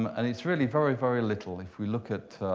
um and it's really very, very little. if we look at